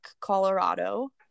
Colorado